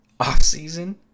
off-season